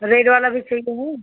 red वाला भी फूल है